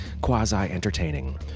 quasi-entertaining